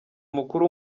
mukuru